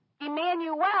Emmanuel